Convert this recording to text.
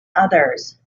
others